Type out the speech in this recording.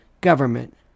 government